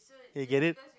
hey get it